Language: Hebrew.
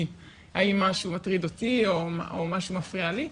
האם משהו מטריד אותי או משהו מפריע לי.